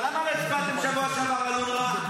אבל לא הסכמתם שבוע שעבר לאונר"א.